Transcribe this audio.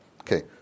Okay